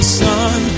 sun